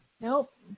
Nope